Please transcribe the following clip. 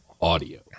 audio